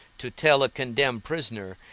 to tell a condemned prisoner,